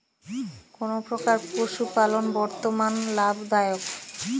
কোন প্রকার পশুপালন বর্তমান লাভ দায়ক?